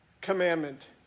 commandment